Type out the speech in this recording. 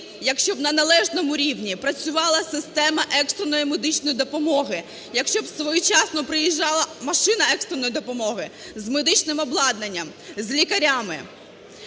якщо б на належному рівні працювала система екстреної медичної допомоги, якщо б своєчасно приїжджала машина екстреної допомоги з медичним обладнанням, з лікарями.